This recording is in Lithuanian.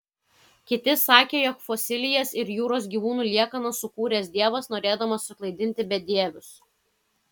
kiti sakė jog fosilijas ir jūros gyvūnų liekanas sukūręs dievas norėdamas suklaidinti bedievius